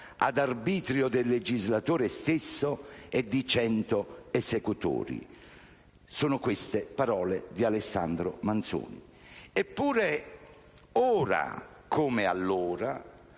ad arbitrio del legislatore stesso e di cento esecutori». Sono queste le parole di Alessandro Manzoni. Eppure, ora come allora,